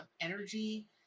energy